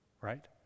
right